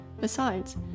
Besides